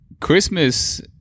Christmas